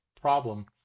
problem